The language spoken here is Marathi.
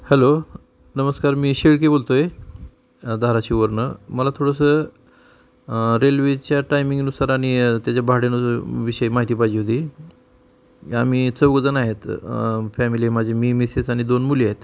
हॅलो नमस्कार मी शेळके बोलतो आहे धाराशिववरनं मला थोडंसं रेल्वेच्या टायमिंगनुसार आणि त्याच्या भाड्यानु विषयी माहिती पाहिजे होती आम्ही चौघंजण आहेत फॅमिली आहे माझी मी मिसेस आणि दोन मुली आहेत